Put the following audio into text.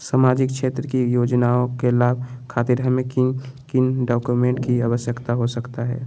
सामाजिक क्षेत्र की योजनाओं के लाभ खातिर हमें किन किन डॉक्यूमेंट की आवश्यकता हो सकता है?